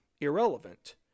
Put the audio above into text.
irrelevant